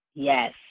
Yes